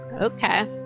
okay